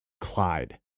Clyde